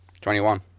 21